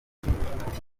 iki